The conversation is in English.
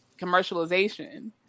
commercialization